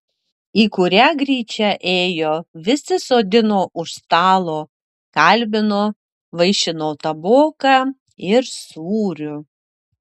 į kurią gryčią ėjo visi sodino už stalo kalbino vaišino taboka ir sūriu